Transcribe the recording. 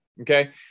okay